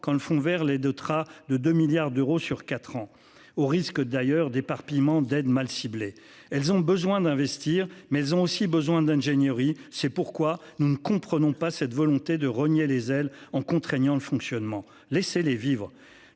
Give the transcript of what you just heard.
quand le fonds vers les deux trains de 2 milliards d'euros sur 4 ans au risque d'ailleurs d'éparpillement d'aide mal ciblées, elles ont besoin d'investir mais ont aussi besoin d'ingénierie. C'est pourquoi nous ne comprenons pas cette volonté de rogner les ailes en contraignant le fonctionnement, laissez-les vivre